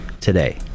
today